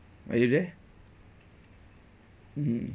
are you there mm